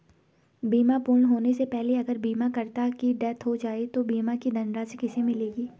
बीमा पूर्ण होने से पहले अगर बीमा करता की डेथ हो जाए तो बीमा की धनराशि किसे मिलेगी?